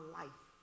life